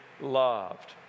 loved